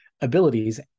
abilities